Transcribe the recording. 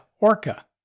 Orca